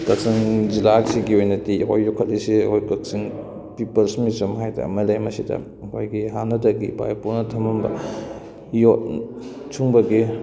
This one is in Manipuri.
ꯀꯛꯆꯤꯡ ꯖꯤꯜꯂꯥꯁꯤꯒꯤ ꯑꯣꯏꯅꯗꯤ ꯑꯩꯈꯣꯏ ꯌꯣꯛꯈꯠꯂꯤꯁꯦ ꯑꯩꯈꯣꯏ ꯀꯛꯆꯤꯡ ꯄꯤꯄꯜꯁ ꯃ꯭ꯌꯨꯖꯤꯌꯝ ꯍꯥꯏꯗꯅ ꯑꯃ ꯂꯩ ꯃꯁꯤꯗ ꯑꯩꯈꯣꯏꯒꯤ ꯍꯥꯟꯅꯗꯒꯤ ꯏꯄꯥ ꯏꯄꯨꯅ ꯊꯝꯂꯝꯕ ꯌꯣꯠ ꯁꯨꯡꯕꯒꯤ